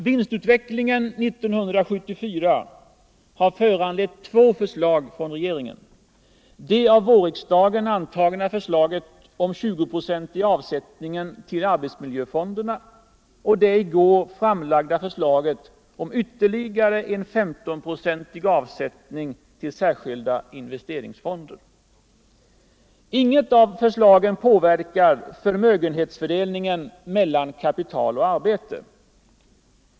Vinstutvecklingen under 1974 har föranlett två förslag från regeringen - det av vårriksdagen antagna förslaget om den 20-procentiga avsättningen till arbetsmiljöfonderna, och det i går framlagda förslaget om ytterligare en 15-procentig avsättning till särskilda investeringsfonder. Inget av förslagen påverkar förmögenhetsfördelningen mellan kapital och arbete.